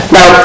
Now